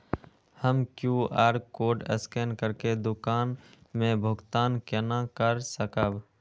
हम QR code scan करके दुकान में भुगतान केना कर सकब?